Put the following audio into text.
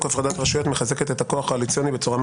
הפרדת רשויות) מחזקת את הכוח הקואליציוני בצורה משמעותית?